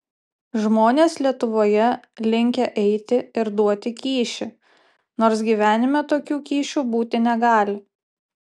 žmonės lietuvoje linkę eiti ir duoti kyšį nors gyvenime tokių kyšių būti negali